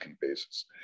basis